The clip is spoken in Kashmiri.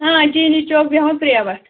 آ چیٖنی چوک بیٚہوان پرٛیوَٹ